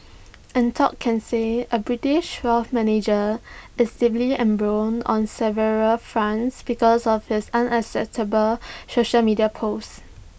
Anton Casey A British wealth manager is deeply embroiled on several fronts because of his unacceptable social media posts